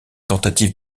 tentative